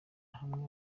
hamwe